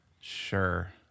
Sure